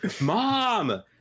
mom